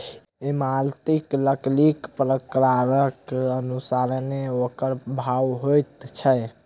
इमारती लकड़ीक प्रकारक अनुसारेँ ओकर भाव होइत छै